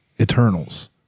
Eternals